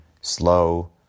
Slow